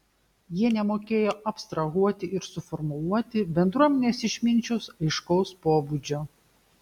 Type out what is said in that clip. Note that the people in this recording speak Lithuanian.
jie nemokėjo abstrahuoti ir suformuluoti bendruomenės išminčiaus aiškaus pobūdžio